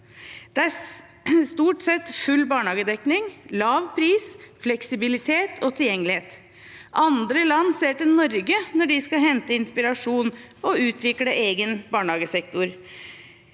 Det er stort sett full barnehagedekning, lav pris, fleksibilitet og tilgjengelighet. Andre land ser til Norge når de skal hente inspirasjon og utvikle egen barnehagesektor.